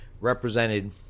represented